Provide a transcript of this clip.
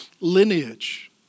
lineage